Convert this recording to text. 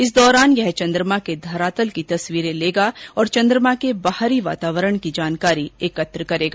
इस दौरान यह चन्द्रमा के धरातल की तस्वीरें लेगा और चन्द्रमा के बाहरी वातावरण की जानकारी एकत्र करेगा